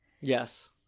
Yes